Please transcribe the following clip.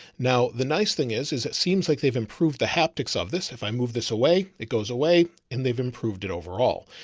now the nice thing is, is it seems like they've improved the haptics of this. if i move this away, it goes away and they've improved it overall,